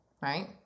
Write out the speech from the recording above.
right